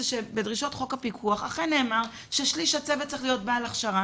זה שבדרישות חוק הפיקוח אכן נאמר ששליש הצוות צריך להיות בעל הכשרה